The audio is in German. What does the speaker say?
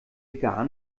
gar